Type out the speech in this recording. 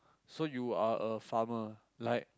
so you are a farmer like